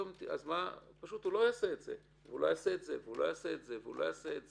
אז הוא פשוט לא יעשה את זה ולא יעשה את זה ולא יעשה את זה.